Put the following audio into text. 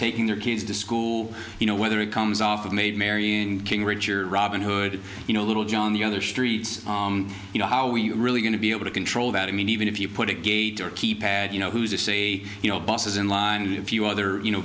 taking their kids to school you know whether it comes off of maid marian king richard robin hood you know little john the other streets you know how we're really going to be able to control that i mean even if you put a gate or keypad you know who's to say you know buses and few other you know